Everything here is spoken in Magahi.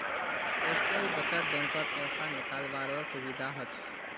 पोस्टल बचत बैंकत पैसा निकालावारो सुविधा हछ